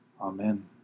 Amen